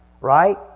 Right